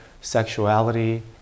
sexuality